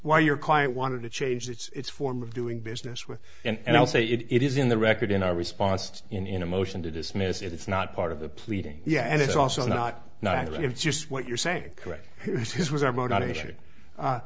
why your client wanted to change its form of doing business with and i'll say it is in the record in our response to him in a motion to dismiss it it's not part of the pleading yeah and it's also not now it's just what you're saying correct his was our motivation